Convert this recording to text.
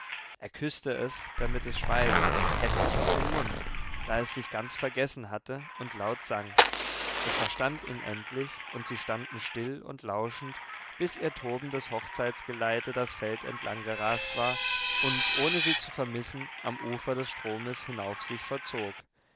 er küßte es damit es schweige heftig auf den mund da es sich ganz vergessen hatte und laut sang es verstand ihn endlich und sie standen still und lauschend bis ihr tobendes hochzeitsgeleite das feld entlang gerast war und ohne sie zu vermissen am ufer des stromes hinauf sich verzog